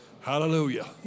Hallelujah